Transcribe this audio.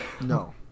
No